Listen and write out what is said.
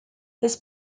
his